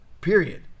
period